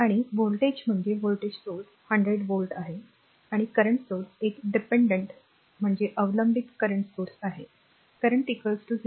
आणि व्होल्टेज म्हणजे व्होल्टेज स्त्रोत 100 व्होल्ट आहे आणि करंट स्त्रोत एक dependent अवलंबित करंट स्त्रोत आहे current 0